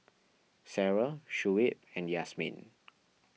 Sarah Shuib and Yasmin